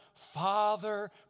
Father